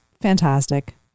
fantastic